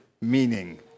meaning